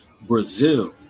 Brazil